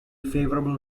favorable